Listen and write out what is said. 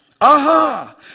Aha